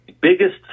biggest